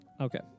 Okay